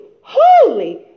holy